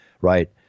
right